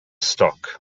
stock